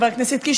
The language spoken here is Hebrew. חבר הכנסת קיש,